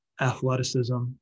athleticism